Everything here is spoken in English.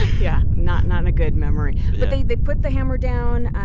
yeah, not not a good memory yeah but they they put the hammer down.